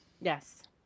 Yes